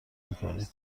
میکنم